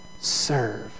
serve